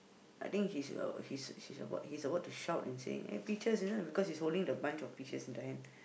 I think he's uh he's he's about he's about to shout and saying eh peaches because he's holding a bunch of peaches on the hand